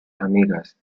amigas